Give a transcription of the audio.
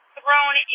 thrown